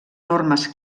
normes